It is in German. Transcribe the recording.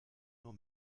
nur